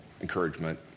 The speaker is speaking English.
encouragement